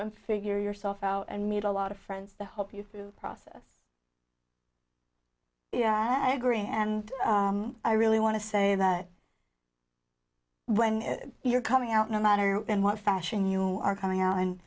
and figure yourself out and meet a lot of friends the hope you through process yeah i agree and i really want to say that when you're coming out no matter in what fashion you are coming out and